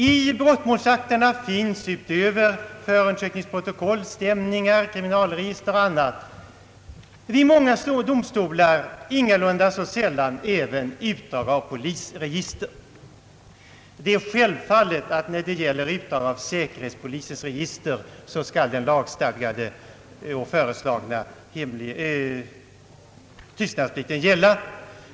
I brottmålsakterna finns utöver förundersökningsprotokoll, stämning, kriminalregister och annat vid många domstolar inte sällan också utdrag ur polisregister. Det är självfallet att när det gäller utdrag ur säkerhetspolisens register skall den lagstadgade och föreslagna tystnadsplikten gälla.